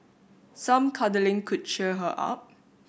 some cuddling could cheer her up